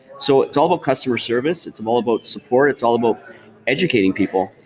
so it's all about customer service. it's um all about support. it's all about educating people.